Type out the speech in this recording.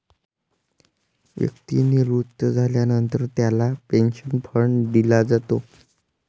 व्यक्ती निवृत्त झाल्यानंतर त्याला पेन्शन फंड दिला जातो